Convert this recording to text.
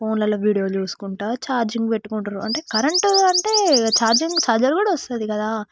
ఫోన్లలో వీడియోలు చూసుకుంటు ఛార్జింగ్ పెట్టుకుంటుర్రు అంటే కరెంట్ అంటే ఛార్జింగ్ చార్జర్ కూడా వస్తుంది కదా